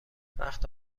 وقت